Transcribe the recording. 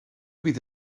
bydd